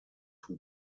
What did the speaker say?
two